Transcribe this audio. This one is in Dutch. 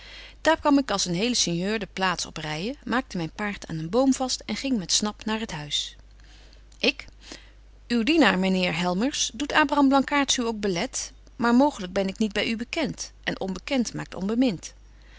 daar kwam ik als een hele sinjeur de plaats opryen maakte myn paard aan een boom vast en ging met snap naar het huis ik uw dienaar myn heer helmers doet abraham blankaart u ook belet maar mooglyk ben ik niet by u bekent en onbekent maakt onbemint